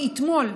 מאתמול,